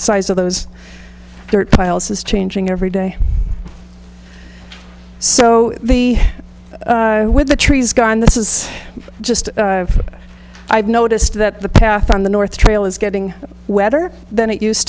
size of those thirty miles is changing every day so the with the trees gone this is just i've noticed that the path on the north trail is getting wetter than it used